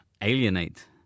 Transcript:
alienate